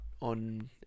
on